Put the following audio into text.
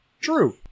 True